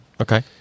Okay